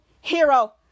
Hero